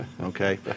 okay